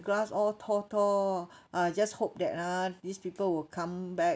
grass all tall tall I just hope that ah these people will come back